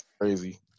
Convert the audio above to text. crazy